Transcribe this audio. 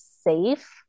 safe